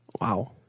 Wow